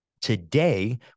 Today